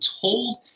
told